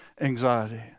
anxiety